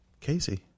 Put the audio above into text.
Casey